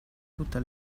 tutte